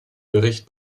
bericht